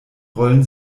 rollen